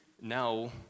now